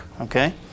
Okay